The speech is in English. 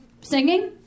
singing